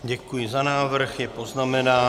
Děkuji za návrh, je poznamenán.